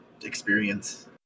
experience